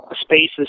spaces